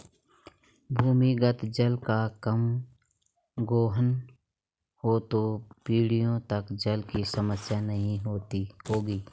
भूमिगत जल का कम गोहन हो तो पीढ़ियों तक जल की समस्या नहीं होगी